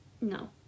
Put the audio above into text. no